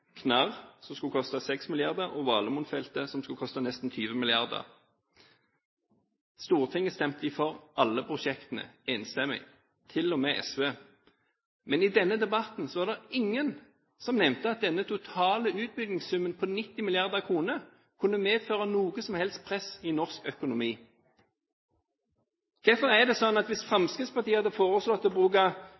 som skulle koste 6 mrd. kr, og Valemonfeltet, som skulle koste nesten 20 mrd. kr. Stortinget stemte for alle prosjektene, enstemmig – til og med SV. Men i den debatten var det ingen som nevnte at den totale utbyggingssummen på 90 mrd. kr kunne medføre noe som helst press i norsk økonomi. Hvorfor er det slik at hvis Fremskrittspartiet hadde foreslått å bruke